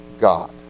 God